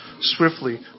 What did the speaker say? swiftly